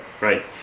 Right